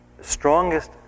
strongest